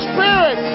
Spirit